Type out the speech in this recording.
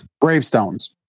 Gravestones